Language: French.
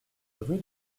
rue